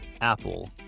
Apple